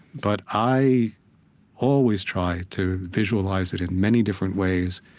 but i always try to visualize it in many different ways,